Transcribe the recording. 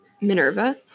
Minerva